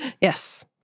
Yes